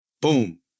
boom